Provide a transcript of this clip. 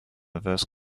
verse